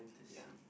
ya